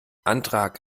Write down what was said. antrag